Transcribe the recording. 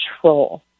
control